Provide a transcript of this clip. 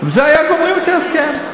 ובזה היינו גומרים את ההסכם.